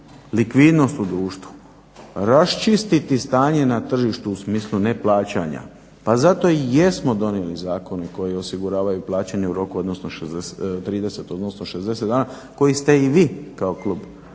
likvidnost u društvu, raščistiti stanje na tržištu u smislu neplaćanja pa zato i jesmo donijeli zakone koji osiguravaju plaćanje u roku 30, odnosno 60 dana koji ste i vi kao klub